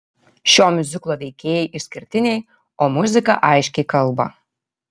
šio miuziklo veikėjai išskirtiniai o muzika aiškiai kalba